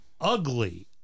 Ugly